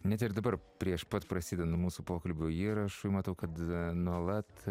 net ir dabar prieš pat prasidedan mūsų pokalbiui įrašui matau kad nuolat